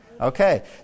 Okay